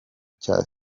cya